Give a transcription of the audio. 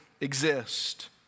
exist